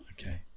Okay